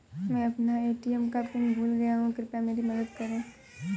मैं अपना ए.टी.एम का पिन भूल गया हूं, कृपया मेरी मदद करें